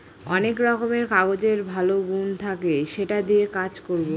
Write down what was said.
অনেক রকমের কাগজের ভালো গুন থাকে সেটা দিয়ে কাজ করবো